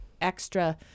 extra